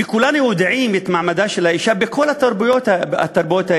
וכולנו יודעים על מעמדה של האישה בכל התרבויות האלה,